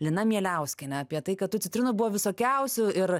lina mieliauskiene apie tai kad tų citrinų buvo visokiausių ir